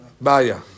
Baya